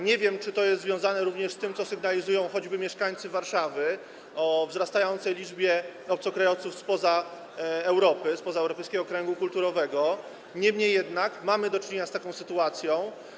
Nie wiem, czy jest to związane również z tym, co sygnalizują choćby mieszkańcy Warszawy, chodzi o wzrastającą liczbę obcokrajowców pochodzących spoza Europy, spoza europejskiego kręgu kulturowego, niemniej jednak mamy do czynienia z taką sytuacją.